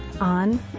on